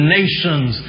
nations